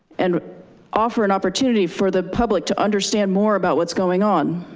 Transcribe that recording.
and offer an opportunity for the public to understand more about what's going on,